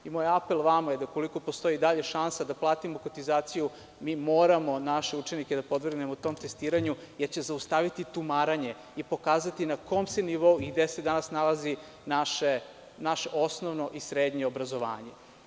Moj apel vama je da ukoliko postoji i dalja šansa da platimo kotizaciju, mi moramo naše učenike da podvrgnemo tom testiranju, jer će zaustaviti tumaranje i pokazati na kom se nivou i gde se danas nalazi naše osnovno i srednje obrazovanje.